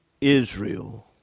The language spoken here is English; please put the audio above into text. Israel